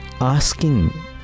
asking